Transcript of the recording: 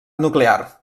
nuclear